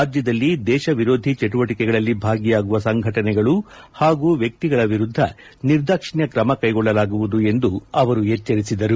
ರಾಜ್ಯದಲ್ಲಿ ದೇಶ ವಿರೋಧಿ ಚಟುವಟಿಕೆಗಳಲ್ಲಿ ಭಾಗಿಯಾಗುವ ಸಂಘಟನೆಗಳು ಹಾಗೂ ವ್ಯಕ್ತಿಗಳ ವಿರುದ್ಧ ನಿರ್ದಾಕ್ಷಿಣ್ಯ ಕ್ರಮ ಕೈಗೊಳ್ಳಲಾಗುವುದು ಎಂದು ಅವರು ಎಚ್ಚರಿಸಿದರು